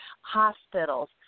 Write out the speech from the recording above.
hospitals